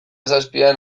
zazpian